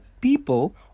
people